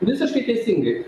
visiškai teisingai